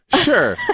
Sure